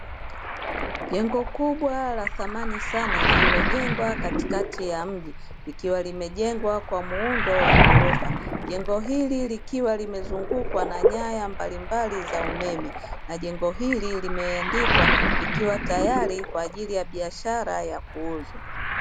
Jengo kubwa la thamani sana lililojengwa katikati ya mji, likiwa limejengwa kwa muundo wa ghorofa jengo hili likiwa limezungukwa na nyaya mbalimbali za umeme, na jengo hili limeandikwa likiwa tayari kwa ajili ya biashara ya kuuzwa.